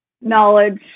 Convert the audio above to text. knowledge